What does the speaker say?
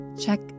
check